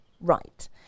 right